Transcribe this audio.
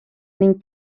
ning